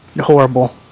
horrible